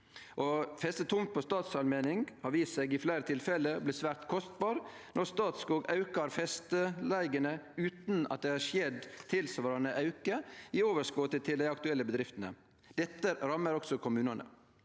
feste tomt på statsallmenningar viser seg i fleire tilfelle å bli svært kostbart når Statskog aukar festeleigene utan at det har skjedd ein tilsvarande auke i overskotet til dei aktuelle bedriftene. Det rammar også kommunane.